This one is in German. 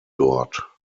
dort